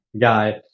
guy